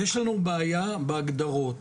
יש לנו בעיה בהגדרות.